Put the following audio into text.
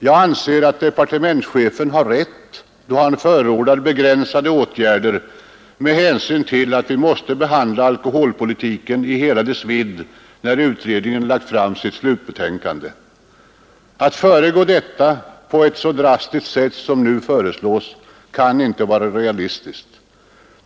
Jag anser att departementschefen har rätt då han förordar begränsade åtgärder med hänsyn till att vi måste behandla alkoholpolitiken i hela dess vidd när utredningen lagt fram sitt slutbetänkande. Att föregripa detta på ett så drastiskt sätt som nu föreslås kan inte vara realistiskt.